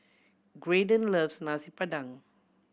Graydon loves Nasi Padang